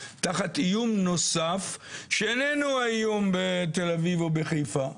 תחת איום נוסף שאיננו האיום בתל אביב או בחיפה.